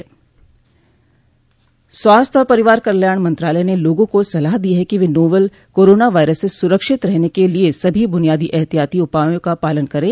स्वास्थ्य और परिवार कल्याण मंत्रालय ने लोगों को सलाह दी है कि वे नोवल कोरोना वायरस से सूरक्षित रहने के लिए सभी ब्रुनियादी एहतियाती उपायों का पालन करें